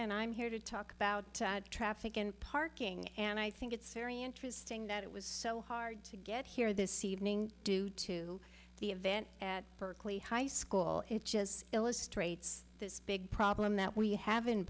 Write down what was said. and i'm here to talk about traffic and parking and i think it's very interesting that it was so hard to get here this evening due to the event at berkeley high school it just illustrates this big problem that we have in